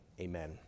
Amen